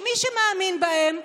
שמי שמאמין בהם,